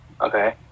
Okay